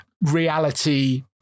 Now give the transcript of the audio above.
reality